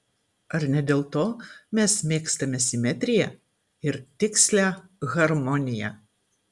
ar ne dėl to mes mėgstame simetriją ir tikslią harmoniją